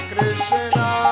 Krishna